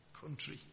country